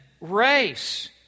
race